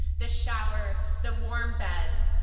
the shower, the warm bed,